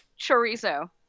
chorizo